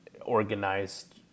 organized